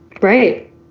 right